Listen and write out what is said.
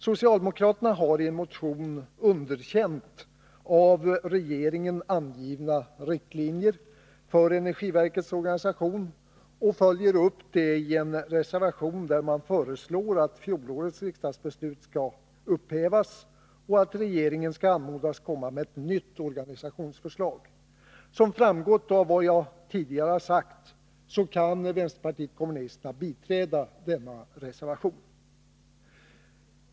Socialdemokraterna har i en motion underkänt av regeringen angivna riktlinjer för energiverkets organisation och följer upp detta i en reservation, där man föreslår att fjolårets riksdagsbeslut skall upphävas och att regeringen skall anmodas att komma med ett nytt organisationsförslag. Som framgått av vad jag tidigare har sagt kan vänsterpartiet kommunisterna biträda denna reservation.